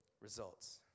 results